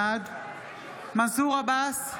בעד מנסור עבאס,